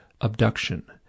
Abduction